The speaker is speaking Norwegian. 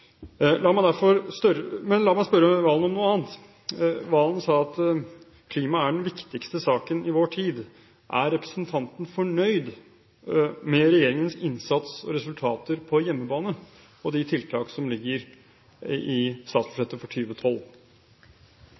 Men la meg spørre Serigstad Valen om noe annet. Sergistad Valen sa: «Klimasaken er den viktigste saken i vår tid.» Er representanten fornøyd med regjeringens innsats og resultater på hjemmebane og de tiltak som ligger i statsbudsjettet for